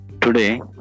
Today